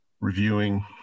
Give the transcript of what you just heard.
reviewing